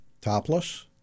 Topless